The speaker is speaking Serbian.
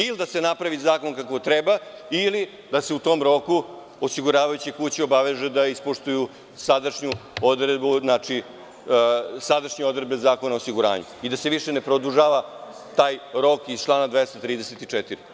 Ili da se napravi zakon kako treba ili da se u tom roku osiguravajuće kuće obavežu da ispoštuju sadašnju odredbe Zakona o osiguranju i da se više ne produžava taj rok iz člana 234.